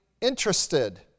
interested